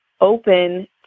open